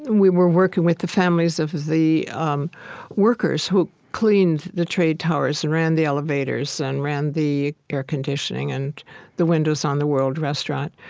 we were working with the families of the um workers who cleaned the trade towers and ran the elevators and ran the air conditioning and the windows on the world restaurant.